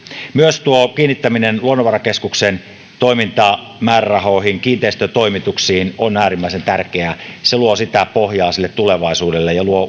myös huomion kiinnittäminen luonnonvarakeskuksen toimintamäärärahoihin kiinteistötoimituksiin on äärimmäisen tärkeää se luo pohjaa tulevaisuudelle ja luo